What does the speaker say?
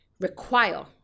require